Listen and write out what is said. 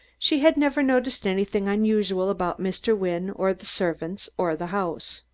she had never noticed anything unusual about mr. wynne, or the servants, or the house.